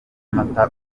mata